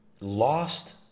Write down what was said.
lost